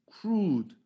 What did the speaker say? crude